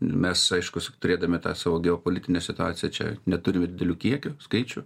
mes aišku turėdami tą savo geopolitinę situaciją čia neturim ir didelių kiekių skaičių